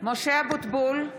משה אבוטבול,